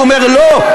הוא אומר: לא,